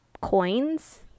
coins